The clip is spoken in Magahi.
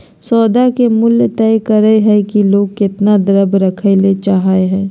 सौदा के मूल्य तय करय हइ कि लोग केतना द्रव्य रखय ले चाहइ हइ